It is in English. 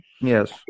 yes